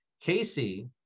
Casey